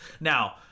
Now